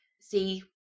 see